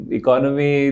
economy